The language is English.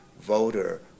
voter